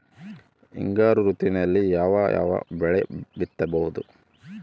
ಹಿಂಗಾರು ಋತುವಿನಲ್ಲಿ ಯಾವ ಯಾವ ಬೆಳೆ ಬಿತ್ತಬಹುದು?